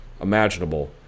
imaginable